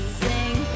sing